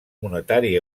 monetari